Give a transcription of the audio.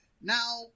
Now